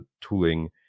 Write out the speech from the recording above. tooling